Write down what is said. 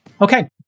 Okay